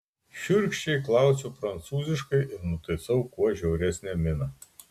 šiurkščiai klausiu prancūziškai ir nutaisau kuo žiauresnę miną